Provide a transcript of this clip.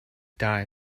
die